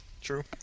True